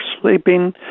sleeping